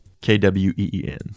K-W-E-E-N